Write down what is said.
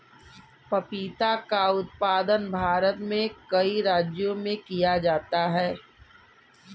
पपीता का उत्पादन भारत में कई राज्यों में किया जा रहा है